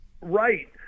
right